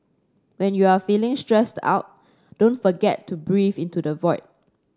when you are feeling stressed out don't forget to breathe into the void